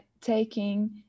taking